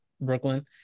Brooklyn